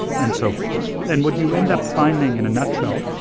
and so forth and what you end up finding, in a nutshell,